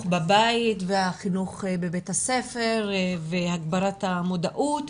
בבית והחינוך בבית הספר והגברת המודעות,